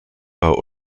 war